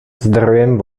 zdrojem